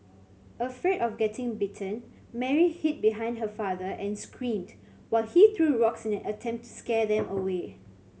afraid of getting bitten Mary hid behind her father and screamed while he threw rocks in an attempt to scare them away